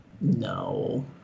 No